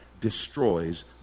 destroys